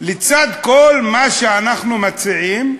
לצד כל מה שאנחנו מציעים,